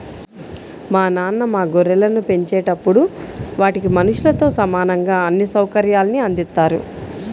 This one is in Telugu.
మా నాన్న మా గొర్రెలను పెంచేటప్పుడు వాటికి మనుషులతో సమానంగా అన్ని సౌకర్యాల్ని అందిత్తారు